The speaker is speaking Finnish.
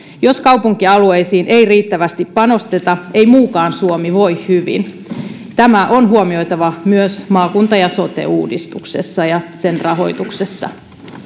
jos kaupunkialueisiin ei riittävästi panosteta ei muukaan suomi voi hyvin tämä on huomioitava myös maakunta ja sote uudistuksessa ja sen rahoituksessa